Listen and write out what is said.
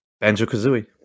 Banjo-Kazooie